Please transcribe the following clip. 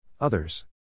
Others